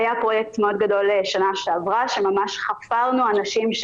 היה פרויקט מאוד גדול בשנה שעברה שממש חפרנו אנשים,